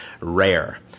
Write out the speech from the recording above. rare